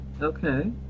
Okay